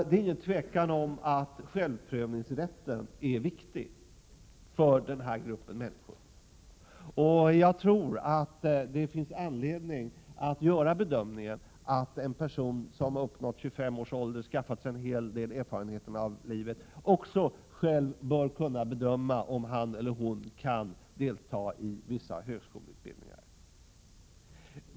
Utan tvivel är självprövningsrätten viktig för den gruppen människor, och jag tror att det finns anledning att göra bedömningen att en person, som uppnått 25 års ålder och skaffat sig en hel del erfarenheter av livet, också själv kan bedöma om han eller hon kan delta i vissa högskoleutbildningar.